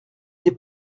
des